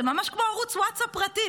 זה ממש כמו ערוץ ווטסאפ פרטי.